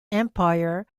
empire